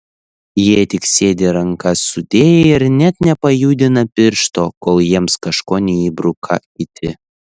jie tik sėdi rankas sudėję ir net nepajudina piršto kol jiems kažko neįbruka kiti